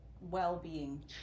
well-being